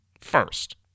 first